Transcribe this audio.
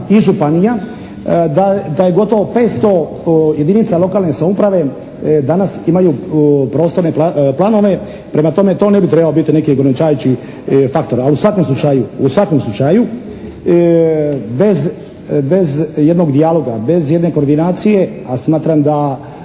i županija da je gotovo 500 jedinica lokalne samouprave danas imaju prostorne planove. Prema tome to ne bi trebao biti neki ograničavajući faktor. A u svakom slučaju, u svakom slučaju bez, bez jednog dijaloga, bez jedne koordinacije, a smatram da